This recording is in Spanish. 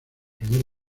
primer